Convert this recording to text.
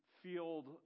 field